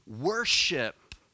worship